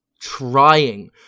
trying